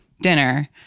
dinner